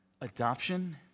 Adoption